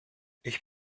ich